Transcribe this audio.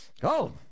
Go